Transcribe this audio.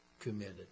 committed